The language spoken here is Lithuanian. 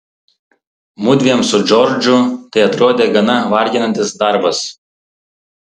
mudviem su džordžu tai atrodė gana varginantis darbas